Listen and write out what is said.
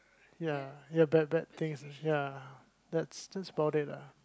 ya ya bad bad things ya that's just about it ah